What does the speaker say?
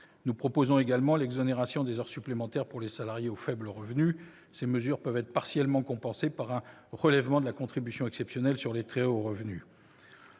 Nous proposons également l'exonération des heures supplémentaires pour les salariés aux faibles revenus. Ces mesures peuvent être partiellement compensées par un relèvement de la contribution exceptionnelle sur les très hauts revenus.